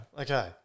okay